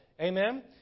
Amen